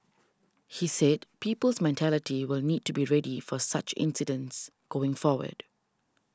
he said people's mentality will need to be ready for such incidents going forward